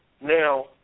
Now